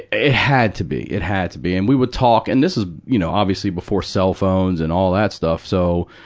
it had to be. it had to be. and we would talk and this was, you know, obviously, before cellphones and all that stuff, so,